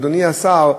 אדוני השר,